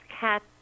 cat